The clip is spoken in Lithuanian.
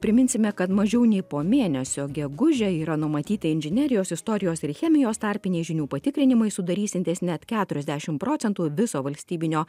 priminsime kad mažiau nei po mėnesio gegužę yra numatyta inžinerijos istorijos ir chemijos tarpiniai žinių patikrinimai sudarysiantys net keturiasdešim procentų viso valstybinio